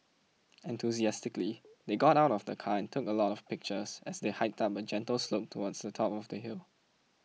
enthusiastically they got out of the car and took a lot of pictures as they hiked up a gentle slope towards the top of the hill